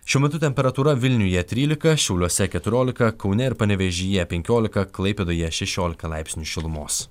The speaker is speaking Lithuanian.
šiuo metu temperatūra vilniuje trylika šiauliuose keturiolika kaune ir panevėžyje penkiolika klaipėdoje šešiolika laipsnių šilumos